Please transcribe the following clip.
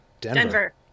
Denver